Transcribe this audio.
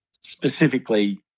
specifically